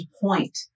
point